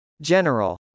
General